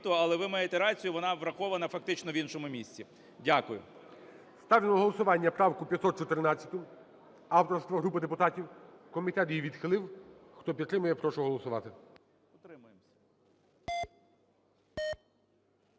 Але ви маєте рацію, вона врахована фактично в іншому місці. Дякую.